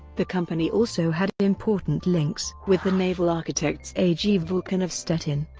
the company also had important links with the naval architects ag vulkan of stettin.